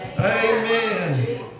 amen